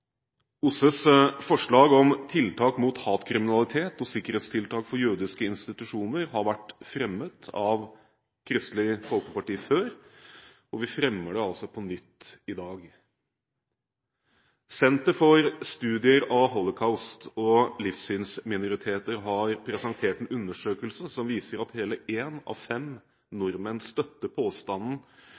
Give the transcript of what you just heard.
OSSEs forslag om tiltak mot hatkriminalitet og sikkerhetstiltak for jødiske institusjoner har vært fremmet av Kristelig Folkeparti før, og vi fremmer det altså på nytt i dag. Senter for studier av Holocaust og livssynsminoriteter har presentert en undersøkelse som viser at hele én av fem nordmenn støtter påstanden